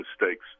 mistakes